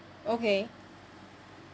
okay